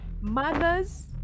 mothers